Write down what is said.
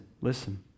listen